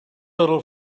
little